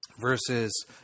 Versus